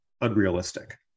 unrealistic